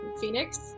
Phoenix